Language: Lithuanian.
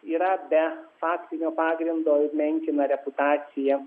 yra be faktinio pagrindo ir menkina reputaciją